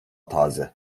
taze